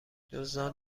دزدان